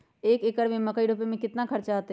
एक एकर में मकई रोपे में कितना खर्च अतै?